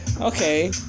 Okay